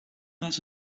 was